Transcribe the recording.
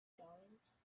dollars